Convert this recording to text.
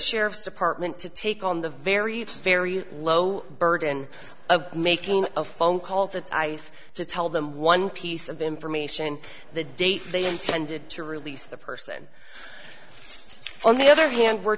sheriff's department to take on the very very low burden of making a phone call to ice to tell them one piece of information the date they intended to release the person on the other hand we're